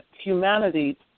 humanity